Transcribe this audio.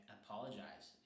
apologize